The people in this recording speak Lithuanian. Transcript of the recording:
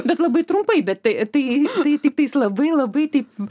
bet labai trumpai bet tai tai tai tiktais labai labai taip